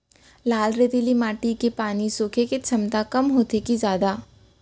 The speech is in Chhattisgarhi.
लाल रेतीली माटी के पानी सोखे के क्षमता कम होथे की जादा?